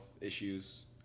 issues